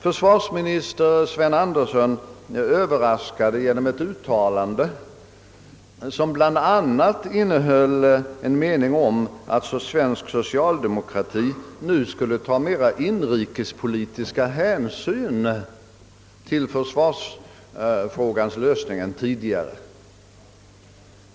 Försvarsminister Sven Andersson överraskade genom ett uttalande som bl.a. innehöll en mening om att svensk socialdemokrati nu skulle ta mera inrikespolitiska hänsyn vid försvarsfrågans lösning än tidigare.